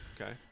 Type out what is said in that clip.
Okay